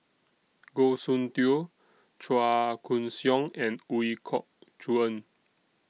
Goh Soon Tioe Chua Koon Siong and Ooi Kok Chuen